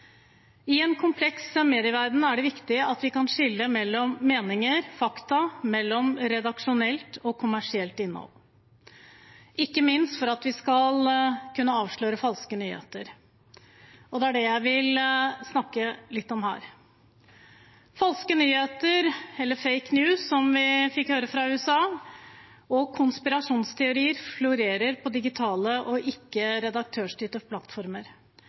I en kompleks medieverden er det viktig at vi kan skille mellom meninger og fakta, mellom redaksjonelt og kommersielt innhold, ikke minst for at vi skal kunne avsløre falske nyheter. Det er det jeg vil snakke litt om her. Falske nyheter eller «fake news», som vi fikk høre fra USA, og konspirasjonsteorier florerer på digitale og ikke-redaktørstyrte plattformer.